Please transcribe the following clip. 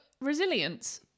resilience-